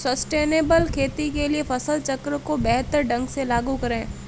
sustainable खेती के लिए फसल चक्र को बेहतर ढंग से लागू करें